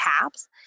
caps